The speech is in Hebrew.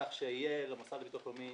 כך שיהיה למוסד לביטוח לאומי